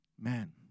Man